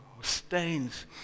stains